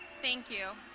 thank you.